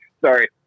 Sorry